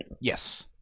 yes